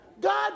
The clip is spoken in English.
God